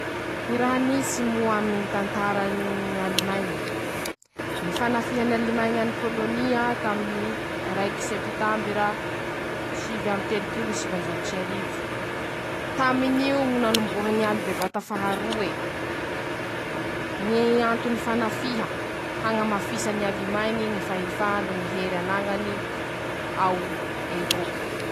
Ñy raha nisy moa aminy ñy tantarany mmm Alimaiñy5: ñy fanafihan'Alimaiñy any Pôlônia taminy raiky sepitambira sivy amby telopolo sivanjato sy arivo, tamin'io ñy nanombohany aly bevata faha roe, ñ'antony fanafiha, añamafisan'Alemaiñy ñy fahefà no ñy hery hanañany ao Erôpa.